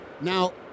now